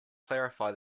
clarify